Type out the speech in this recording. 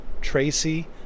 Tracy